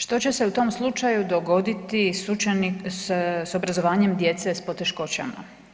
Što će se u tom slučaju dogoditi s obrazovanjem djece s poteškoćama?